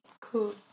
Cool